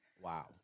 Wow